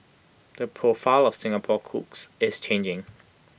the profile of Singapore's cooks is changing